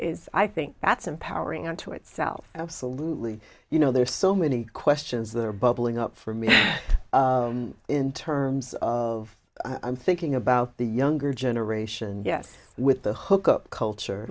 is i think that's empowering unto itself absolutely you know there are so many questions that are bubbling up for me in terms of i'm thinking about the younger generation yes with the hook up culture